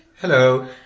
Hello